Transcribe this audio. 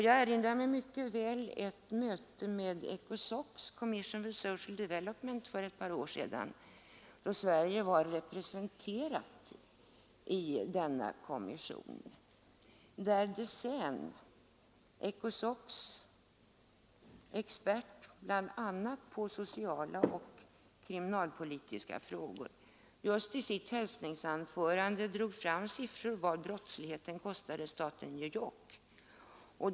Jag erinrar mig mycket väl ett möte med ECOSOC:s Commission for Social Development för ett par år sedan; Sverige var då representerat i denna kommission. ECOSOC:s expert på bl.a. sociala och kriminalpolitiska frågor drog i sitt hälsningsanförande fram sifferuppgifter om vad brottsligheten kostar staten New York.